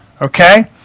Okay